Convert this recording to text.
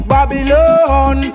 Babylon